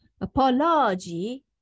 apology